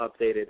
updated